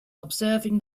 observing